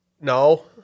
No